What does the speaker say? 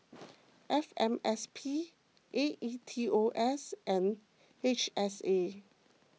F M S P A E T O S and H S A